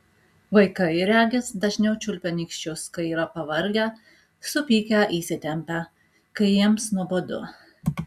vaikai regis dažniau čiulpia nykščius kai yra pavargę supykę įsitempę kai jiems nuobodu